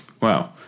Wow